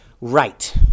Right